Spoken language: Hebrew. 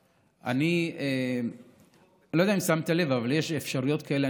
אני לא יודע אם שמת לב אבל יש אפשרויות כאלה.